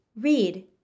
read